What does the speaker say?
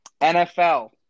NFL